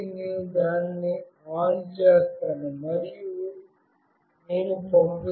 కాబట్టి నేను దానిని ON చేస్తాను మరియు నేను పంపుతాను